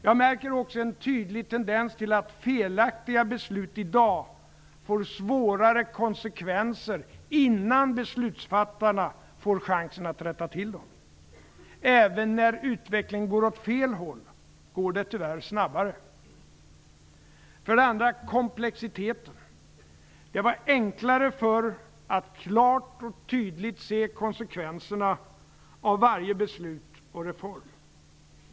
Jag märker också en tydlig tendens till att felaktiga beslut i dag får svårare konsekvenser innan beslutsfattarna får chans att rätta till dem. Även när utvecklingen går åt fel håll går det tyvärr snabbare. För det andra ser jag komplexiteten. Det var enklare förr att klart och tydligt se konsekvenserna av varje beslut och reform.